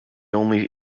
only